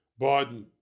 Biden